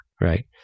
right